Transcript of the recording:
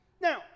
Now